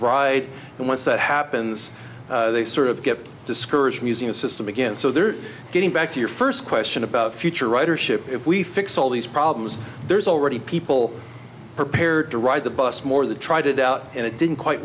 ride and once that happens they sort of get discouraged from using the system again so they're getting back to your first question about future ridership if we fix all these problems there's already people prepared to ride the bus more the tried it out and it didn't quite